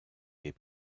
des